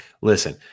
Listen